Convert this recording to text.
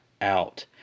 out